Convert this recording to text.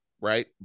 right